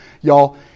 Y'all